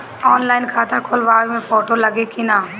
Online खाता खोलबाबे मे फोटो लागि कि ना?